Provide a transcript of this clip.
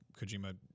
kojima